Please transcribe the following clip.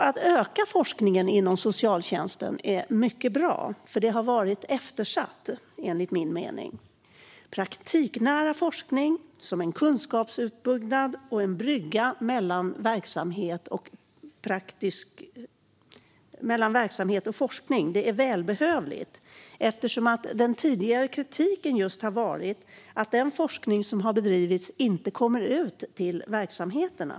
Att öka forskningen inom socialtjänsten är mycket bra, för det har varit eftersatt, enligt min mening. Praktiknära forskning som en kunskapsuppbyggnad och brygga mellan verksamhet och forskning är välbehövlig eftersom en tidigare kritik har varit just att den forskning som har bedrivs inte kommer ut till verksamheterna.